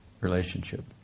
relationship